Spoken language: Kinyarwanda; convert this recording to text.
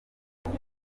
ibyo